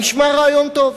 זה נשמע רעיון טוב.